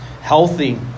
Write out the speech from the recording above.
healthy